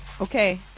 Okay